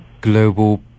global